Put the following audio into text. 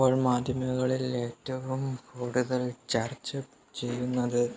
ഇപ്പോള് മാധ്യമങ്ങളില് ഏറ്റവും കൂടുതല് ചര്ച്ച ചെയ്യുന്നത്